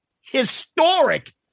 historic